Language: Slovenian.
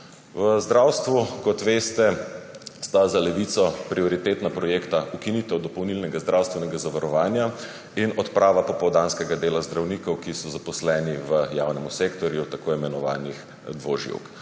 V zdravstvu, kot veste, sta za Levico prioritetna projekta ukinitev dopolnilnega zdravstvenega zavarovanja in odprava popoldanskega dela zdravnikov, ki so zaposleni v javnem sektorju, tako imenovanih dvoživk.